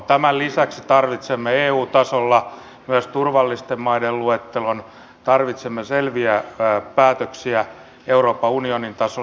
tämän lisäksi tarvitsemme eu tasolla myös turvallisten maiden luettelon tarvitsemme selviä päätöksiä euroopan unionin tasolla